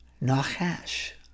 Nachash